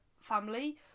family